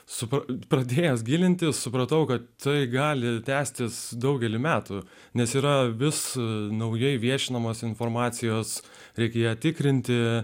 supratau pradėjęs gilintis supratau kad tai gali tęstis daugelį metų nes yra vis naujai viešinamos informacijos reikia ją tikrinti